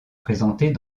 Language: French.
présentées